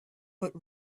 but